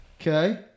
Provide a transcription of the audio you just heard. Okay